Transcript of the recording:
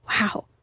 Wow